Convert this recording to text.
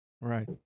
Right